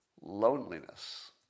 Loneliness